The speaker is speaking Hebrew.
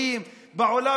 על הפנתרים השחורים,